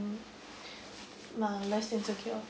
uh less insecure